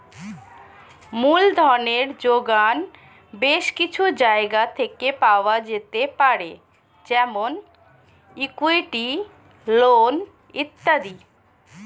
মূলধনের জোগান বেশ কিছু জায়গা থেকে পাওয়া যেতে পারে যেমন ইক্যুইটি, লোন ইত্যাদি